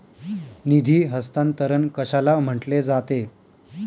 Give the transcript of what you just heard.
निधी हस्तांतरण कशाला म्हटले जाते?